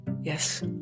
Yes